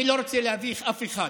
אני לא רוצה להביך אף אחד.